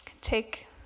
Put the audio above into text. Take